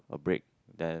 a break then